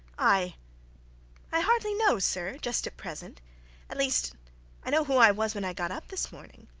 i i hardly know, sir, just at present at least i know who i was when i got up this morning,